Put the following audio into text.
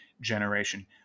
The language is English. generation